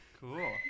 Cool